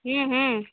ହଁ ହଁ